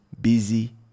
busy